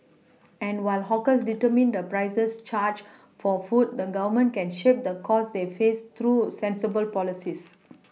and while hawkers determine the prices charged for food the Government can shape the costs they face through sensible policies